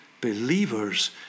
believers